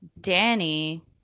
Danny